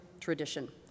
tradition